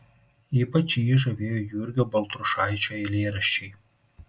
ypač jį žavėjo jurgio baltrušaičio eilėraščiai